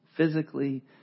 Physically